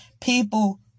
People